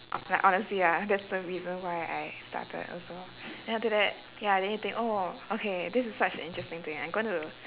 like honestly ah that's the reason why I started also then after that ya then you think oh okay this is such an interesting thing I'm going to